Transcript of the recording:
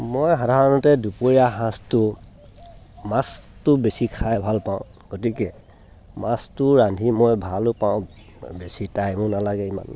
মই সাধাৰণতে দুপৰীয়া সাঁজটো মাছটো বেছি খাই ভাল পাওঁ গতিকে মাছটো ৰান্ধি মই ভালো পাওঁ বেছি টাইমো নালাগে ইমান